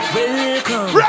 Welcome